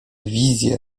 wizje